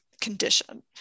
condition